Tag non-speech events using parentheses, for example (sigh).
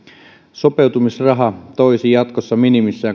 sopeutumisraha toisi jatkossa minimissään (unintelligible)